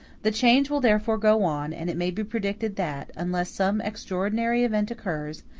the change will therefore go on, and it may be predicted that, unless some extraordinary event occurs,